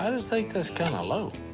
um just think that s kind